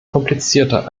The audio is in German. komplizierter